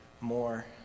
more